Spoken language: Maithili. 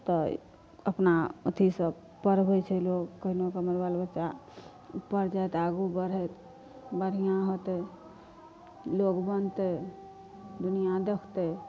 तऽ अपना अथीसँ पढ़बै छै लोग केहनो केहनो बालबच्चा उपर जाइत आगु बढ़ैत बढ़िआँ होयतै लोग बनतै दुनियाँ देखतै